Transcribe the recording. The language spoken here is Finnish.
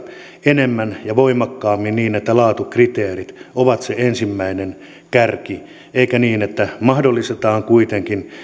enemmän ja voimakkaammin niin että laatukriteerit ovat se ensimmäinen kärki eikä niin että mahdollistetaan kuitenkin